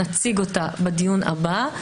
נציג אותה בדיון הבא.